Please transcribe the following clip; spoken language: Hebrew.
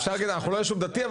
אפשר להגיד אנחנו לא ישוב דתי,